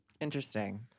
Interesting